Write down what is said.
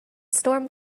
storm